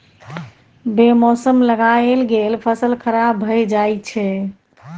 बे मौसम लगाएल गेल फसल खराब भए जाई छै